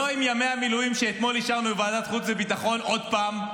לא עם ימי המילואים שאתמול אישרנו בוועדת חוץ וביטחון עוד פעם,